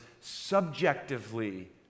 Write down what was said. subjectively